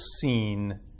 seen